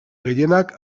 gehienak